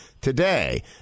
today